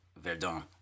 Verdun